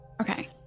okay